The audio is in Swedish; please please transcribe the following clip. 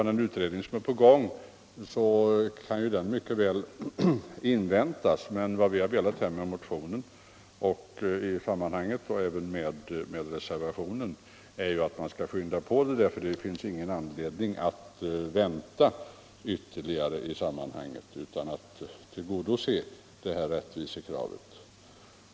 Den utredning som är på väg kan mycket väl inväntas, men vad vi har velat med motionen och även med reservationen är att frågan skall skyndas på. Det finns ingen anledning att vänta ytterligare för att tillgodose detta rättvisekrav.